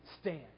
stand